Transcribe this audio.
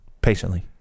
patiently